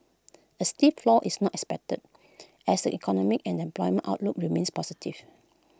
A steep flaw is not expected as the economic and employment outlook remains positive